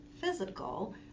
physical